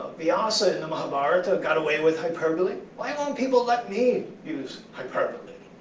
vyasa in the mahabharata got away with hyperbole. why won't people let me use hyperbole?